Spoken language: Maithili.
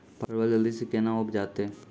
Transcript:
परवल जल्दी से के ना उपजाते?